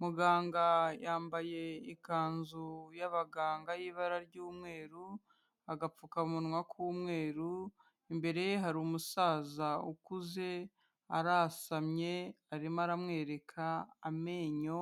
Muganga yambaye ikanzu y'abaganga y'ibara ry'umweru, agapfukamunwa k'umweru, imbere ye hari umusaza ukuze arasamye arimo aramwereka amenyo,